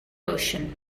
ocean